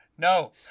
No